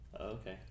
Okay